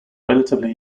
relatively